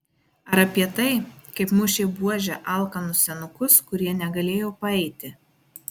ar apie tai kaip mušė buože alkanus senukus kurie negalėjo paeiti